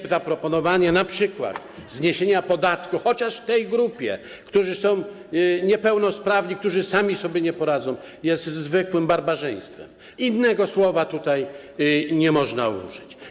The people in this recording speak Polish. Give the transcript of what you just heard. i niezaproponowanie np. zniesienia podatku chociaż tej grupie ludzi, którzy są niepełnosprawni, którzy sami sobie nie poradzą, jest zwykłym barbarzyństwem, innego słowa tutaj nie można użyć.